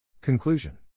Conclusion